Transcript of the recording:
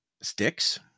sticks